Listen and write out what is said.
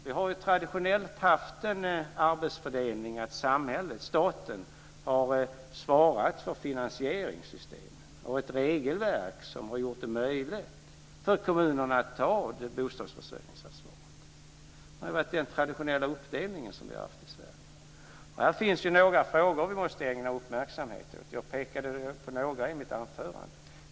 Vi har ju traditionellt haft en arbetsfördelning där samhället, staten, har svarat för finansieringssystemen och ett regelverk som har gjort det möjligt för kommunerna att ta ett bostadsförsörjningsansvar. Det har varit den traditionella uppdelning vi har haft i Sverige. Här finns det några frågor vi måste ägna uppmärksamhet åt. Jag pekade på några i mitt anförande.